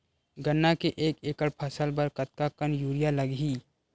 गन्ना के एक एकड़ फसल बर कतका कन यूरिया लगही?